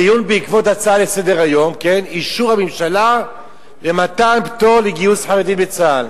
דיון בעקבות הצעה לסדר-היום: אישור הממשלה למתן פטור לגיוס חרדים לצה"ל.